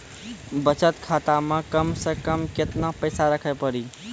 बचत खाता मे कम से कम केतना पैसा रखे पड़ी?